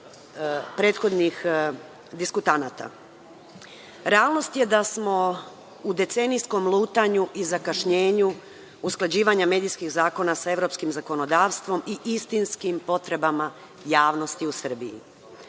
prethodnih diskutanata. Realnost je da smo u decenijskom lutanju i zakašnjenju usklađivanja medijskih zakona sa evropskim zakonodavstvom i istinskim potrebama javnosti u Srbiji.